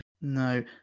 No